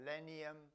millennium